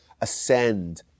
ascend